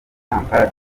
kampala